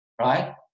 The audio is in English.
right